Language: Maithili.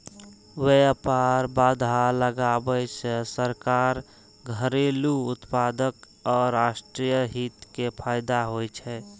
व्यापार बाधा लगाबै सं सरकार, घरेलू उत्पादक आ राष्ट्रीय हित कें फायदा होइ छै